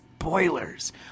Spoilers